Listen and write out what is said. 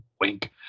Wink